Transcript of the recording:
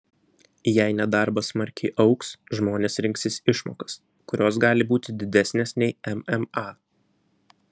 jei nedarbas smarkiai augs žmonės rinksis išmokas kurios gali būti didesnės nei mma